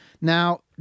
Now